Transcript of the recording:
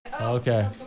Okay